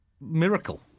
miracle